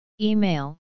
Email